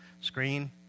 screen